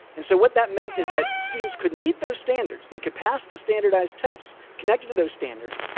and so what that meant is that students could meet those standards, they could pass the standardized tests connected to those standards,